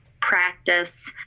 practice